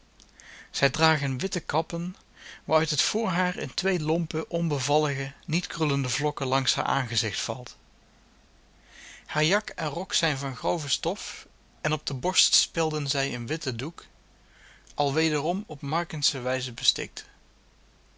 zij dragen witte kappen waaruit het vrhaar in twee lompe onbevallige niet krullende vlokken langs haar aangezicht valt haar jak en rok zijn van grove stof en op de borst spelden zij een witten doek al wederom op markensche wijze bestikt